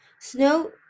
Snow